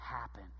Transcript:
happen